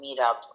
meetup